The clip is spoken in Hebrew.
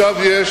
מספיק.